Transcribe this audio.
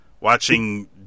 watching